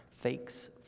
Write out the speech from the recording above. fakes